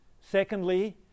Secondly